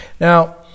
now